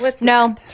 No